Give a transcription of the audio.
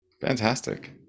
Fantastic